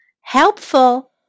Helpful